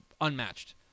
unmatched